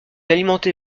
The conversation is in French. alimenté